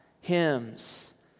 hymns